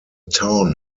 town